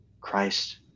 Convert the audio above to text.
Christ